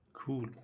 cool